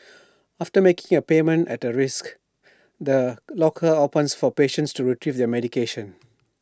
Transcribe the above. after making A payment at A risk the locker opens for patients to Retrieve their medication